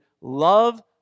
love